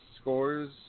Scores